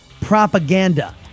propaganda